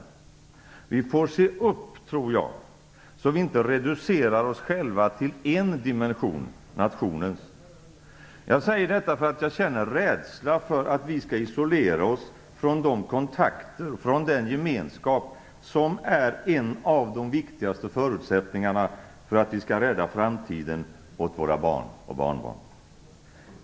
Jag tror att vi får se upp så att vi inte reducerar oss själva till en dimension, nationens. Jag säger detta därför att jag känner rädsla för att vi skall isolera oss från de kontakter och den gemenskap som är en av de viktigaste förutsättningarna för att vi skall rädda framtiden åt våra barn och barnbarn.